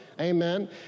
Amen